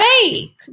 fake